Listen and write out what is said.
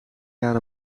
jaar